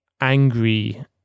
angry